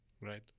right